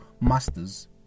masters